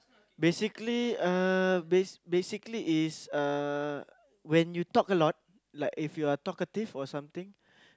basically uh bas~ basically is uh when you talk a lot like if you're talkative or something